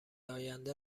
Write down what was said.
آینده